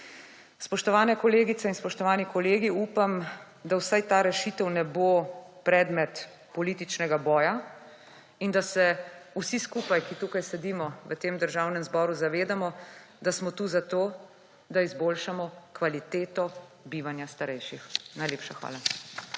Spoštovane kolegice in spoštovani kolegi, upam, da vsaj ta rešitev ne bo predmet političnega boja in da se vsi skupaj, ki tukaj sedimo v tem Državnem zboru, zavedamo, da smo tu zato, da izboljšamo kvaliteto bivanja starejših. Najlepša hvala.